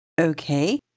Okay